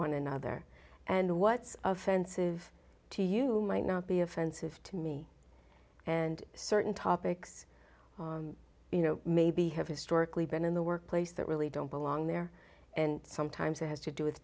on another and what's offensive to you might not be offensive to me and certain topics you know maybe have historically been in the workplace that really don't belong there and sometimes it has to do with